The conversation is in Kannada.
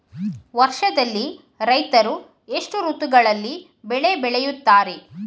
ವರ್ಷದಲ್ಲಿ ರೈತರು ಎಷ್ಟು ಋತುಗಳಲ್ಲಿ ಬೆಳೆ ಬೆಳೆಯುತ್ತಾರೆ?